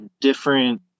different